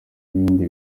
n’ibindi